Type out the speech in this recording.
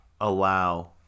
allow